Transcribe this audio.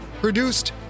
Produced